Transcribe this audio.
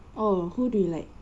oh who do you like